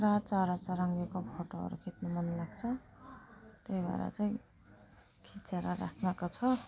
पुरा चराचुरुङ्गीको फोटोहरू खिच्नु मन लाग्छ त्यही भएर चाहिँ खिचेर राखेको छ